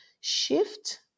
shift